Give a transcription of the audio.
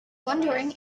wondering